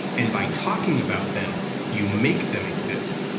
and by talking about them you make them exist.